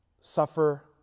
suffer